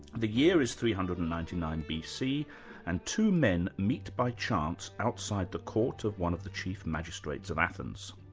the year is three hundred and ninety nine bc and two men meet by chance outside the court of one of the chief magistrates of athens.